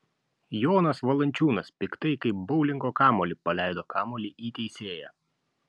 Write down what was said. jonas valančiūnas piktai kaip boulingo kamuolį paleido kamuolį į teisėją